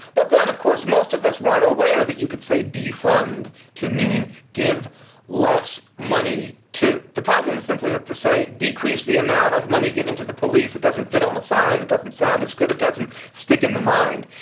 but then, of course, most of us weren't aware that you could say defund to mean give less money to. the problem is simply that to say decrease the amount of money given to the police. it doesn't fit on a sign. it doesn't sound as good. it doesn't stick in the mind.